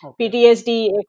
PTSD